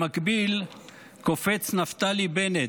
במקביל קופץ נפתלי בנט,